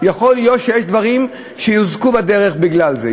יכול להיות שיש דברים שיינזקו בדרך בגלל זה,